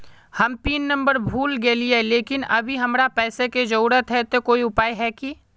हम pin number भूल गेलिये लेकिन अभी हमरा पैसा के जरुरत है ते कोई उपाय है की?